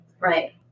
right